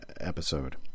episode